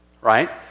right